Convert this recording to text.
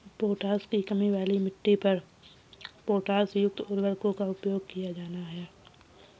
potash की कमी वाली मिट्टी पर पोटाशयुक्त उर्वरकों का प्रयोग किया जाना है